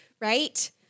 right